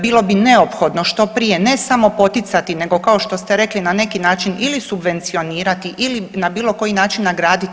Bilo bi neophodno što prije ne samo poticati, nego kao što ste rekli na neki način ili subvencionirati ili na bilo koji način nagraditi.